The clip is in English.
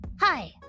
Hi